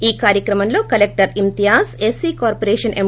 ఈ కార్చక్రమంలో collector Imtiaz SP corporation ఎం